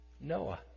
Noah